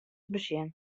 besjen